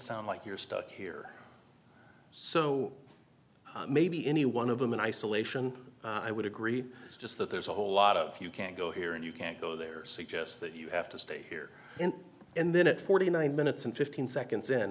sound like you're stuck here so maybe any one of them in isolation i would agree it's just that there's a whole lot of you can't go here and you can't go there suggest that you have to stay here and then at forty nine minutes and fifteen seconds in